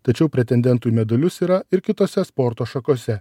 tačiau pretendentų į medalius yra ir kitose sporto šakose